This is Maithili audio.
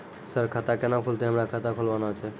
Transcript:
सर खाता केना खुलतै, हमरा खाता खोलवाना छै?